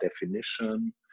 definition